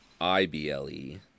ible